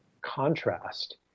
contrast